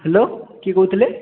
hello କିଏ କହୁଥିଲେ